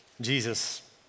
Jesus